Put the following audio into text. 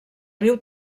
riu